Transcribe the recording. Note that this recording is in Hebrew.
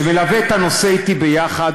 שמלווה את הנושא אתי ביחד,